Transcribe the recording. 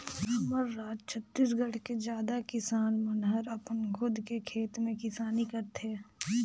हमर राज छत्तीसगढ़ के जादा किसान मन हर अपन खुद के खेत में किसानी करथे